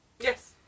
Yes